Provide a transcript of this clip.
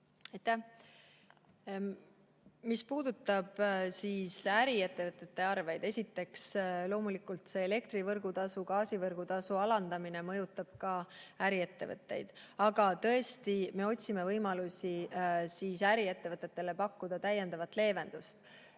Mis puudutab äriettevõtete arveid, siis esiteks, loomulikult elektrivõrgutasu ja gaasivõrgutasu alandamine mõjutab ka äriettevõtteid, aga tõesti, me otsime võimalusi, et pakkuda äriettevõtetele täiendavat leevendust.